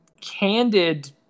candid